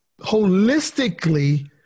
holistically